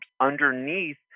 underneath